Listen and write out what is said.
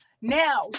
Now